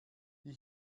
die